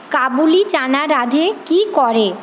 কাবুলি চানা রাঁধে কী করে